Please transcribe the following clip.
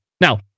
Now